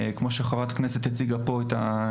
כמו הנתון שחברת הכנסת הציגה פה.